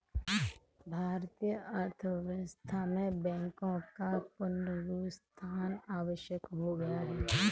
भारतीय अर्थव्यवस्था में बैंकों का पुनरुत्थान आवश्यक हो गया है